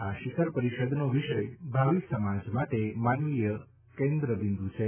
આ શિખર પરિષદનો વિષય ભાવિ સમાજ માટે માનવીય કેન્દ્રબિંદુ છે